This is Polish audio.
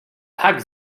tak